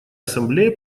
ассамблея